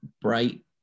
bright